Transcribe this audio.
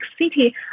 city